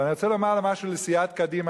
אבל אני רוצה לומר משהו לסיעת קדימה,